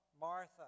Martha